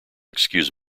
excuse